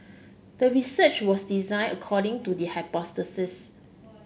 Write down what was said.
the research was designed according to the hypothesis